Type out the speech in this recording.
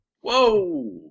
Whoa